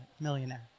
millionaire